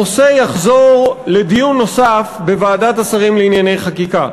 הנושא יחזור לדיון נוסף בוועדת השרים לענייני חקיקה.